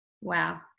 wow